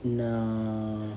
na~